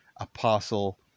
apostle